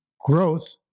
growth